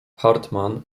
hartmann